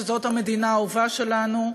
שזאת המדינה האהובה שלנו,